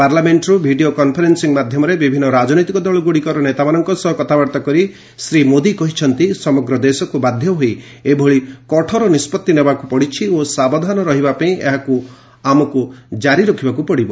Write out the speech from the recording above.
ପାର୍ଲାମେଣ୍ଟରୁ video conferencing ମାଧ୍ୟମରେ ବିଭିନ୍ନ ରାଜନୈତିକ ଦଳଗୁଡ଼ିକର ନେତାମାନଙ୍କ ସହ କଥାବାର୍ତ୍ତା କରି ଶ୍ରୀ ମୋଦୀ କହିଛନ୍ତି ସମଗ୍ର ଦେଶକୁ ବାଧ୍ୟ ହୋଇ ଏଭଳି କଠୋର ନିଷ୍କଭି ନେବାକୁ ପଡ଼ିଛି ଓ ସାବଧାନ ରହିବା ପାଇଁ ଏହାକୁ ଆମକୁ କାରି ରଖିବାକୁ ପଡ଼ିବ